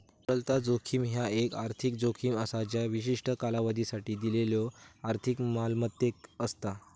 तरलता जोखीम ह्या एक आर्थिक जोखीम असा ज्या विशिष्ट कालावधीसाठी दिलेल्यो आर्थिक मालमत्तेक असता